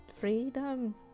freedom